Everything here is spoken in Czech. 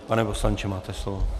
Pane poslanče, máte slovo.